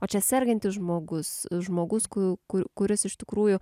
o čia sergantis žmogus žmogus ku ku kuris iš tikrųjų